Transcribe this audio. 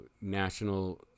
National